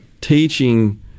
teaching